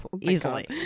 easily